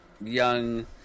young